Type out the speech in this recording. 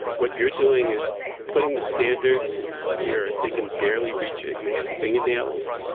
what you're doing is putting the standard where they can barely reach it and they have fingernails.